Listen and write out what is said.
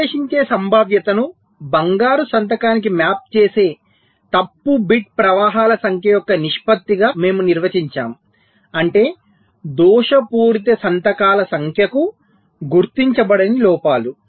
విశ్లేషించే సంభావ్యతను బంగారు సంతకానికి మ్యాప్ చేసే తప్పు బిట్ ప్రవాహాల సంఖ్య యొక్క నిష్పత్తిగా మేము నిర్వచించాము అంటే దోషపూరిత సంతకాల సంఖ్యకు గుర్తించబడని లోపాలు